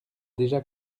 déjà